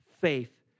faith